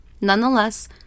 Nonetheless